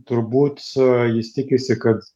turbūt jis tikisi kad